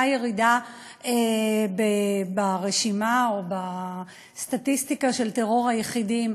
ירידה ברשימה או בסטטיסטיקה של טרור היחידים,